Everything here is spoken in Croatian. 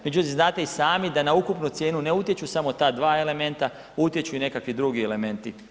Međutim znate i sami da na ukupnu cijenu ne utječu samo ta dva elementa, utječu i nekakvi drugi elementi.